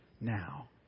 now